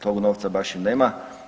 Tog novca baš i nema.